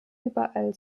überall